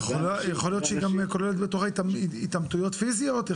יכול להיות שגם כוללת בתוכה התעמתויות פיזיות?